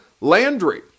Landry